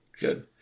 Good